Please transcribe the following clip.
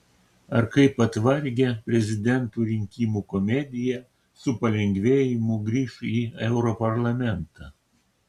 ar kaip atvargę prezidentų rinkimų komediją su palengvėjimu grįš į europarlamentą